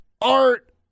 art